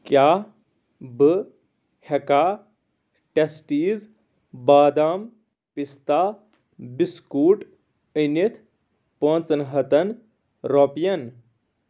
کیٛاہ بہٕ ہٮ۪کھا ٹیسٹیٖز بادام پِستا بِسکوٗٹ أنِتھ پانٛژَن ہَتن رۄپٮ۪ن